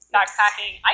Backpacking